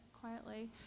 quietly